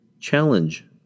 challenge